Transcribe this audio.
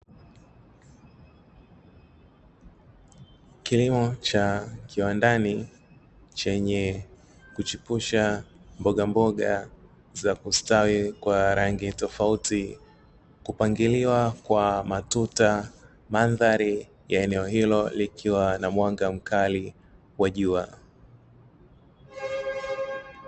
Kilimo cha kiwandani chenye kuchipusha mbogamboga za kustawi kwa rangi tofauti, kupangiliwa kwa matuta. Mandhari ya eneo hilo likiwa na mwanga mkali wa jua.